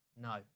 No